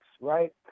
right